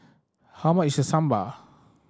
how much is Sambar